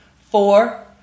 four